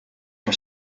for